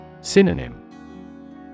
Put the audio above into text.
Synonym